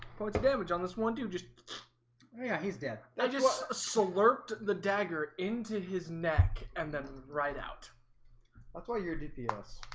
but damage on this one dude. just yeah. he's dead. i just select the dagger into his neck and then right out that's why your dps.